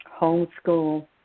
homeschool